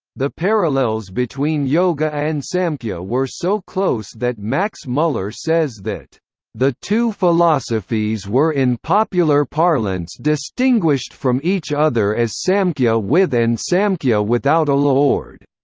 the parallels between yoga and samkhya were so close that max muller says that the two philosophies were in popular parlance distinguished from each other as samkhya with and samkhya without a lord.